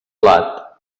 plat